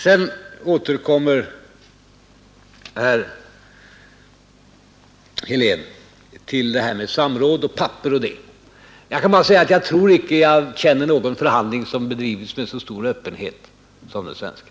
Sedan återkommer herr Helén till detta med samråd och papper och sådant. Jag tror inte att jag känner till någon förhandling som har bedrivits med så stor öppenhet som den svenska.